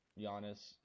Giannis